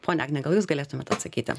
ponia agne gal jūs galėtumėt atsakyti